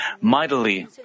mightily